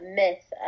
myth